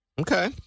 Okay